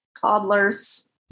toddlers